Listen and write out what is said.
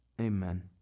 amen